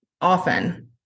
often